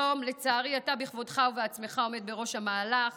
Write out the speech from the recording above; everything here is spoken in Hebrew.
היום, לצערי, אתה בכבודך ובעצמך עומד בראש המהלך